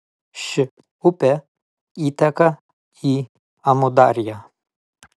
ši upė įteka į amudarją